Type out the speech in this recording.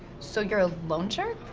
so you're a loan shark? ah,